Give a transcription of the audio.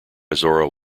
zora